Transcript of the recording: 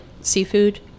seafood